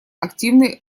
активной